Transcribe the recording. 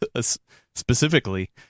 specifically